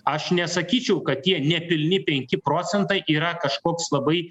aš nesakyčiau kad tie nepilni penki procentai yra kažkoks labai